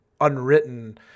unwritten